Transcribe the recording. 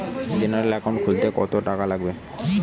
General account খুলতে কত টাকা লাগবে?